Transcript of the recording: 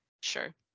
Sure